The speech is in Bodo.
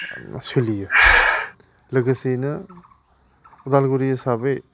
सोलियो लोगोसेनो उदालगुरि हिसाबै